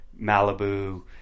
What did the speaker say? Malibu